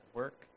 work